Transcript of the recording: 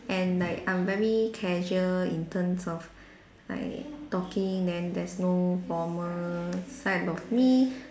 and like I'm very casual in terms of like talking then there's no formal side of me